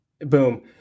Boom